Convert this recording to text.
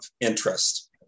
interest